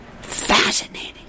fascinating